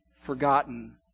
forgotten